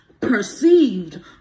perceived